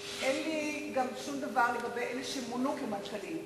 ואין לי גם שום דבר לגבי אלה שמונו למנכ"לים,